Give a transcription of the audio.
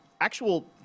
actual